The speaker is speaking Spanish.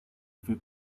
fue